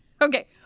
Okay